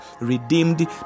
redeemed